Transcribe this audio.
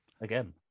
again